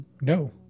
no